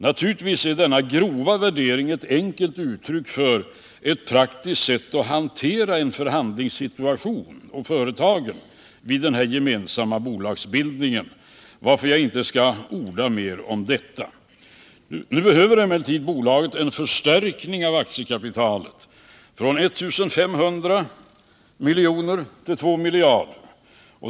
Naturligtvis är denna grova värdering ett enkelt uttryck för ett praktiskt sätt att hantera företagen vid en gemensam bolagsbildning, varför jag inte skall orda mera om detta. Nu behöver emellertid bolaget en förstärkning av aktiekapitalet från 1 500 miljoner till 2 miljarder.